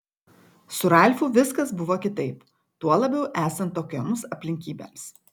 su ralfu viskas buvo kitaip tuo labiau esant tokioms aplinkybėms